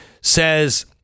says